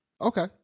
Okay